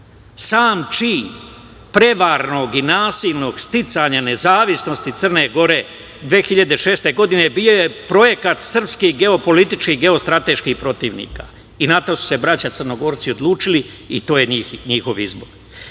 Sam čin prevratnog i nasilnog sticanja nezavisnosti Crne Gore 2006. godine bio je projekat srpskih geopolitičkih i geostrateških protivnika i na to su se braća Crnogorci odlučili i to je njihov izbor.